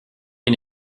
une